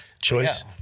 Choice